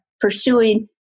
pursuing